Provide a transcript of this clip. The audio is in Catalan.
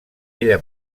ella